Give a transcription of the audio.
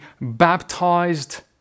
baptized